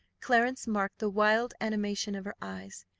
clarence marked the wild animation of her eyes,